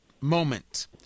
moment